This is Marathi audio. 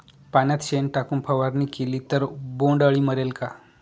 पाण्यात शेण टाकून फवारणी केली तर बोंडअळी मरेल का?